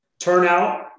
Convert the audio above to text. turnout